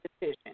decision